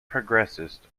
progressist